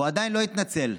והוא עדיין לא התנצל.